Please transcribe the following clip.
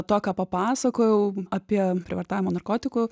to ką papasakojau apie prievartavimo narkotikų